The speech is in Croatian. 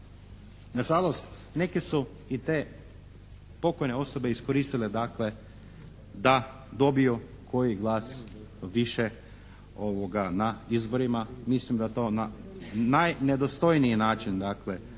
Na žalost neke su i te pokojne osobe iskoristile dakle da dobiju koji glas više na izborima, mislim da to na najnedostojniji način